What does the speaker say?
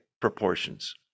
proportions